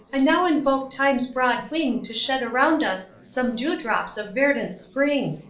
i now invoke time's broad wing to shed around us some dewdrops of verdant spring.